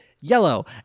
yellow